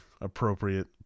appropriate